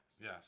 Yes